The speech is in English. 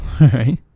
right